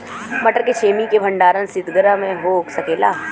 मटर के छेमी के भंडारन सितगृह में हो सकेला?